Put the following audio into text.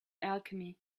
alchemy